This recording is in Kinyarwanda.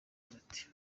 ati